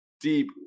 deep